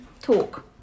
Talk